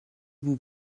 vous